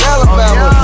Alabama